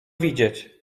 widzieć